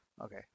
Okay